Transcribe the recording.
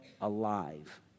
alive